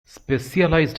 specialized